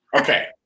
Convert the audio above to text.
Okay